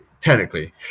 technically